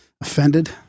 offended